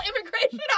immigration